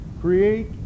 create